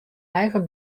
eigen